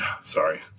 sorry